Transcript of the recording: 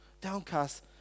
downcast